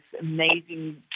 amazing